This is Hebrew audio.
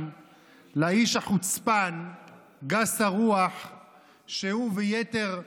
יש מצב שהוא התפטר?